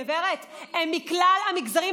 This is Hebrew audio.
גברת, הם מכלל המגזרים.